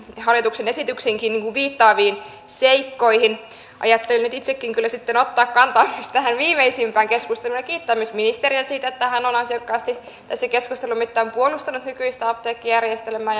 hallituksen esitykseenkin viittaaviin seikkoihin ajattelin nyt itsekin kyllä ottaa kantaa myös tähän viimeisimpään keskusteluun ja kiittää ministeriä siitä että hän on ansiokkaasti tässä keskustelun mittaan puolustanut nykyistä apteekkijärjestelmää